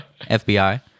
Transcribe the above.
FBI